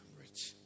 rich